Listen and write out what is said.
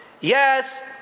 Yes